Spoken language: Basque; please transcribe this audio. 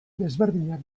desberdinak